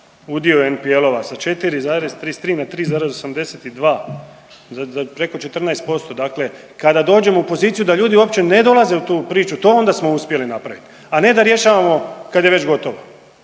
udio NPL-ova sa 4,33 na 3,82 za preko 14%. Dakle, kada dođemo u poziciju da ljudi uopće ne dolaze u tu priču to onda smo uspjeli napraviti, a ne da rješavamo kad je već gotovo.